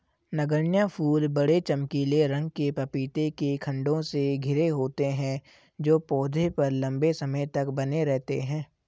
नगण्य फूल बड़े, चमकीले रंग के पपीते के खण्डों से घिरे होते हैं जो पौधे पर लंबे समय तक बने रहते हैं